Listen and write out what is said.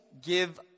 give